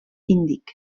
índic